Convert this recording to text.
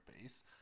base